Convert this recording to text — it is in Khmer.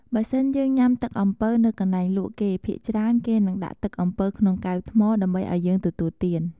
បើសិនយើងញុាំទឹកអំពៅនៅកន្លែងលក់គេ ភាគច្រើនគេនឹងដាក់ទឹកអំពៅក្នុងកែវថ្មដើម្បីឱ្យយើងទទួលទាន។